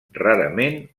rarament